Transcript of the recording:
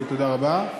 תודה רבה.